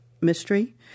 mystery